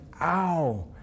ow